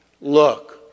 Look